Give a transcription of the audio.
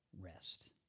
rest